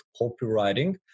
copywriting